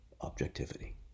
objectivity